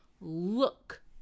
look